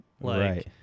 Right